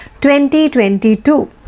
2022